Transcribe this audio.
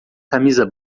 camisa